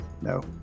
No